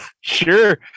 Sure